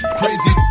crazy